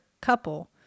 couple